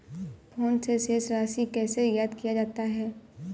Phone से शेष राशि कैसे ज्ञात किया जाता है?